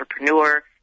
entrepreneur